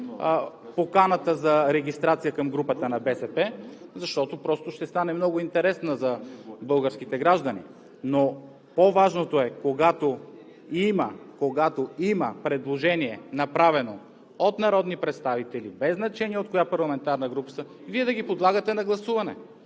поканата за регистрация към групата на БСП, защото ще стане много интересно за българските граждани. По-важното е, когато има предложения, направени от народни представители, без значение от коя парламентарна група са, Вие да ги подлагате на гласуване.